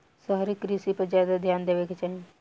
शहरी कृषि पर ज्यादा ध्यान देवे के चाही